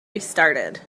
restarted